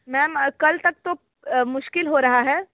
ma'am कल तक तो मुश्किल हो रहा है